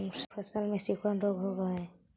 कोन फ़सल में सिकुड़न रोग होब है?